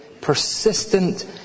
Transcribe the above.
Persistent